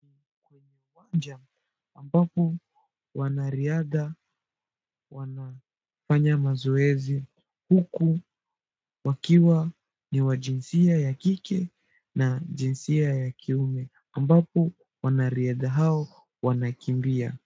Kwenye uwanja, ambapo wanariadha wanafanya mazoezi, huku wakiwa ni wa jinsia ya kike na jinsia ya kiume, ambapo wanariadha hao wanakimbia.